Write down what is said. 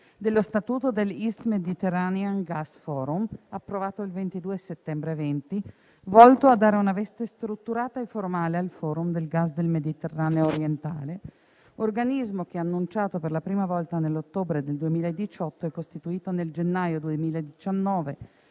dello Statuto dell'East Mediterranean Gas Forum, approvato il 22 settembre 2020, volto a dare una veste strutturata e formale al Forum del gas del Mediterraneo orientale, organismo che, annunciato per la prima volta nell'ottobre 2018 e costituito nel gennaio 2019